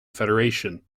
federation